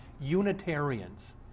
Unitarians